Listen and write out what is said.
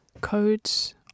codes